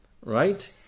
right